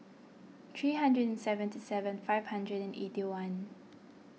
three hundred and seventy seven five hundred and eighty one